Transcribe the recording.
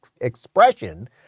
expression